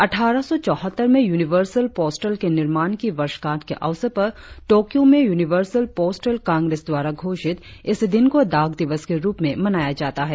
अट्ठारह सौ चौहत्तर में यूनिवर्सल पोस्टल के निर्माण की वर्षगांठ के अवसर पर तोक्यों में यूनिवर्सल पोस्टल कांग्रेस द्वारा घोषित इस दिन को डाक दिवस के रुप में मनाया जाता है